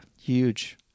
Huge